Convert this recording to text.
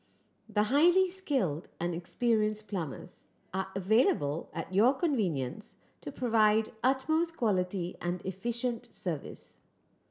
the highly skilled and experienced plumbers are available at your convenience to provide utmost quality and efficient service